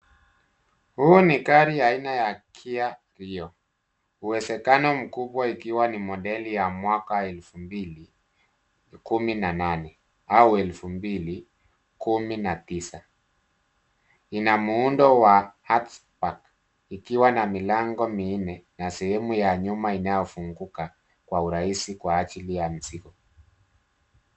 Huu ni gari ya aina ya Kia Leo , uwezekano mkubwa ikiwa ni modeli ya mwaka elfu mbili kumi na nane au elfu mbili kumi na tisa. Ina muundo wa hatch-back ikiwa na milango minne na sehemu ya nyuma inayofunguka kwa urahisi kwa ajili ya mzigo.